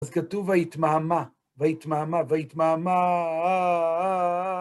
אז כתוב והתמהמה, והתמהמה, והתמהמה.